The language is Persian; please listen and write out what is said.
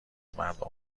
مردم